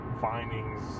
findings